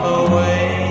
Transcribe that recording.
away